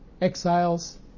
exiles